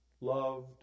loved